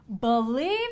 believe